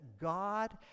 God